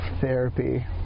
Therapy